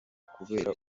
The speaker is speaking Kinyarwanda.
kubera